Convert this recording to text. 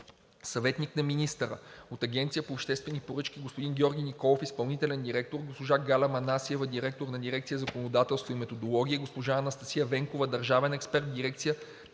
съветник на министъра; от Агенцията по обществени поръчки: господин Георги Николов – изпълнителен директор, госпожа Галя Манасиева – директор на дирекция „Законодателство и методология“, и госпожа Анастасия Венкова – държавен експерт в дирекция